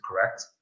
correct